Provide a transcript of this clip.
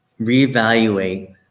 reevaluate